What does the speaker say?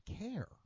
care